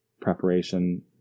preparation